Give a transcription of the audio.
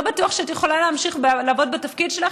לא בטוח שאת יכולה להמשיך לעבוד בתפקיד שלך,